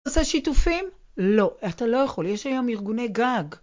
אתה עושה שיתופים? לא, אתה לא יכול, יש היום ארגוני גג.